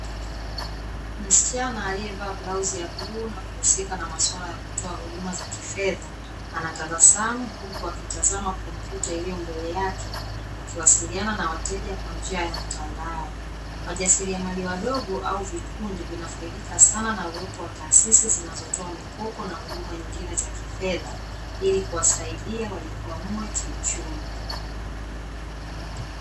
Msichana aliyeva blauzi ya bluu na kuhusika na maswala ya kutoa huduma za kifedha, anatabasamu huku akitazama komputa iliyo mbele yake, akiwasiliana na wateja kwa njia ya mtandao. Wajasiriamali wadogo au vikundi vinafaidika sana na uwepo wa taasisi zinazotoa mikopo na huduma nyingine za kifedha, ili kuwasaidia wajikwamue kiuchumi.